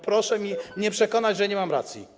Proszę mnie przekonać, że nie mam racji.